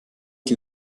qui